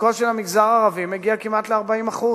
חלקו של המגזר הערבי מגיע כמעט ל-40%.